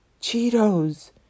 Cheetos